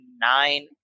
nine